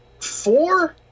Four